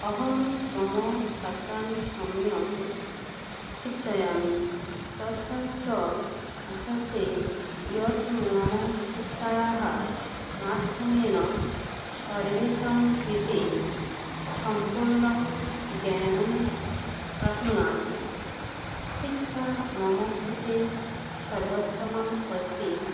अहं मम छात्रान् सम्यक् शिक्षयामि तथा च आशासे यत् मम शिक्षायाः माध्यमेन सर्वेषाङ्कृते सम्पूर्णं ज्ञानं प्राप्नुयात् शिक्षा ममकृते सर्वोत्तमम् अस्ति